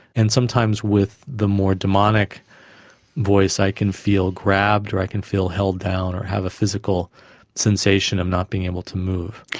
and sometimes with the more daemonic voice i can feel grabbed or i can feel held down or have a physical sensation of not being able to move.